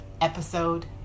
episode